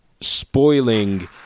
spoiling